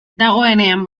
dagoenean